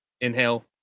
inhale